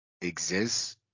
exists